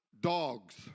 dogs